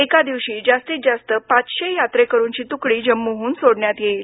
एका दिवशी जास्तीत जास्त पाचशे यात्रेकरूंची तुकडी जम्मूहून सोडण्यात येईल